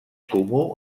comú